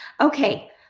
okay